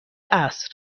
عصر